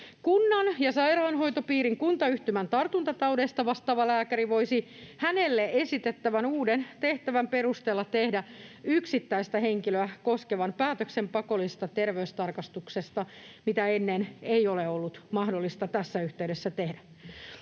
Kunnan ja sairaanhoitopiirin kuntayhtymän tartuntataudeista vastaava lääkäri voisi hänelle esitettävän uuden tehtävän perusteella tehdä yksittäistä henkilöä koskevan päätöksen pakollisesta terveystarkastuksesta, mitä ennen ei ole ollut mahdollista tässä yhteydessä tehdä.